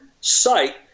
site